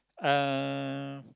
uh